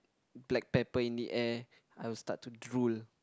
black pepper in the air I will start to drool